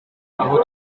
aho